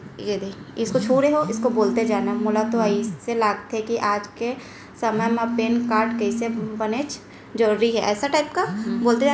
मोला तो अइसे लागथे कि आज के समे म पेन कारड ह बनेच जरूरी हे